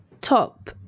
top